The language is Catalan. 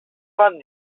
pot